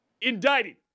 Indicted